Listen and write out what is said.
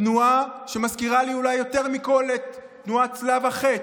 התנועה שמזכירה לי אולי יותר מכול את תנועת צלב החץ,